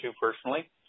personally